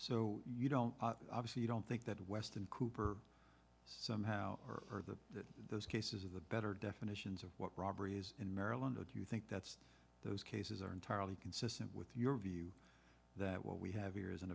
so you know obviously you don't think that weston cooper somehow heard the those cases of the better definitions of what robberies in maryland or do you think that's those cases are entirely consistent with your view that what we have here is an